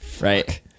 right